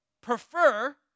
prefer